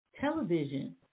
television